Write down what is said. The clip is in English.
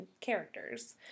characters